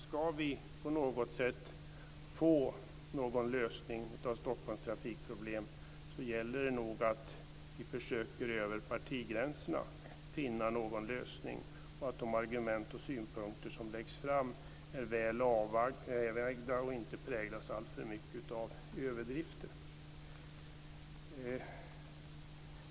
Ska vi på något sätt få en lösning av Stockholms trafikproblem så gäller det nog att vi försöker finna en lösning över partigränserna. De argument och synpunkter som läggs fram bör vara väl avvägda och inte alltför mycket präglade av överdrifter.